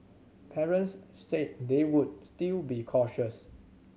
parents said they would still be cautious